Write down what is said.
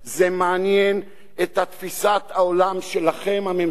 זה מעניין את תפיסת העולם שלכם, הממשלה.